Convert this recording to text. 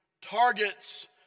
targets